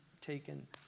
taken